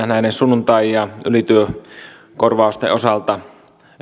näiden sunnuntai ja ylityökorvausten osalta